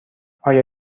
آیا